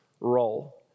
role